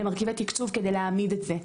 למרכיבי תקצוב כדי להעמיד את זה.